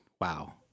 wow